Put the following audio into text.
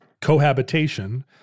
cohabitation